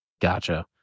Gotcha